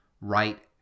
right